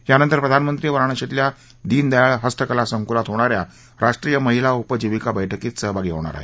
यानंतर प्रधानमंत्री वाराणशीतल्या दीनदयाळ हस्तकला संकुलात होणाऱ्या राष्ट्रीय महिला उपजीविका बैठकीत सहभागी होणार आहेत